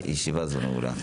הישיבה נעולה.